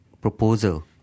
proposal